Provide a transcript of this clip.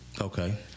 Okay